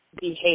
behave